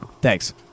Thanks